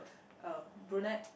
uh brunette